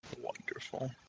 Wonderful